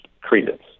credence